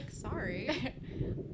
sorry